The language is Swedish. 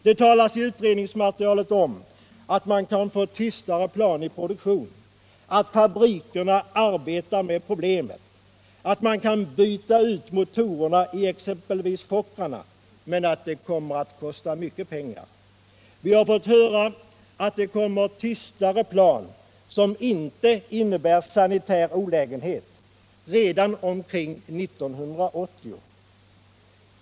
Det talas i utredningsmaterialet om att man kan få tystare plan i produktion, att fabrikerna arbetar med problemet och att man kan byta ut motorerna i exempelvis Fokkrarna, men att det kostar mycket pengar. Vi har fått höra att det kommer tystare plan som inte innebär någon sanitär olägenhet redan omkring 1980.